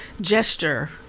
gesture